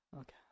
Okay